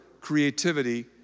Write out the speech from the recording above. creativity